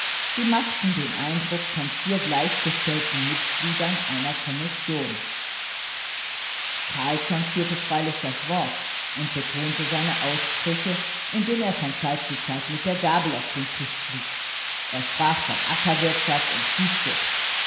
sie machten den eindruck von vier gleichgestellten mitgliedern einer kommission carlsson führte freilich das wort und betonte seine aussprüche indem er von zeit zu zeit mit der gabel auf den tisch schlug er sprach von ackerwirtschaft und viehzucht